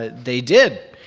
ah they did.